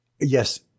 yes